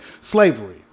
slavery